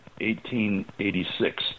1886